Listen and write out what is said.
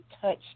touch